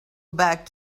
back